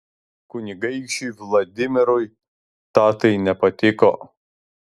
kunigaikščiui vladimirui tatai nepatiko